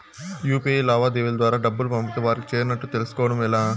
UPI లావాదేవీల ద్వారా డబ్బులు పంపితే వారికి చేరినట్టు తెలుస్కోవడం ఎలా?